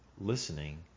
listening